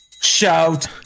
Shout